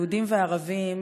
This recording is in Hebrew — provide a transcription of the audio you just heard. יהודים וערבים,